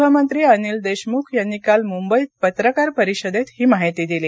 गृहमंत्री अनिल देशमुख यांनी काल मुंबईत पत्रकार परिषदेत ही माहिती दिली